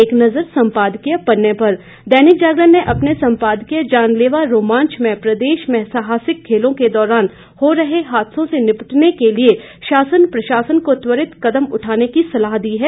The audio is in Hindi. एक नजर संपादकीय पन्ने पर दैनिक जागरण ने अपने संपादकीय जानलेवा रोमांच में प्रदेश में साहसिक खेलों के दौरान हो रहे हादसों से निपटने के लिए शासन प्रशासन को त्वरित कदम उठाने की सलाह दी है